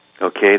okay